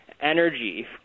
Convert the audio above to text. energy